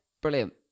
brilliant